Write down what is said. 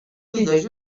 filles